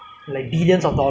to to cope with the